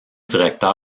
directeur